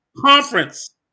conference